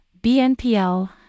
BNPL